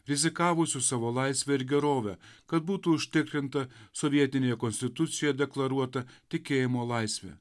rizikavusių savo laisve ir gerove kad būtų užtikrinta sovietinėje konstitucijoje deklaruota tikėjimo laisvė